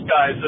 guys